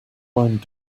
mind